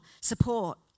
support